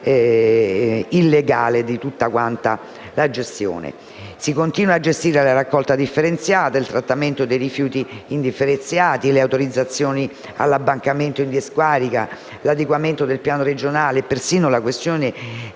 illegale di tutta la gestione. Si continua a gestire la raccolta differenziata, il trattamento dei rifiuti indifferenziati, le autorizzazioni all'abbancamento in discarica, l'adeguamento del piano regionale e persino la questione